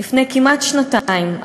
"לפני כמעט שנתיים,